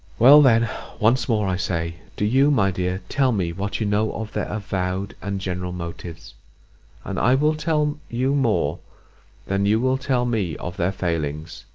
well then once more i say, do you, my dear, tell me what you know of their avowed and general motives and i will tell you more than you will tell me of their failings!